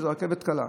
הרכבת הקלה,